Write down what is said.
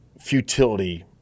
futility